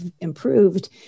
improved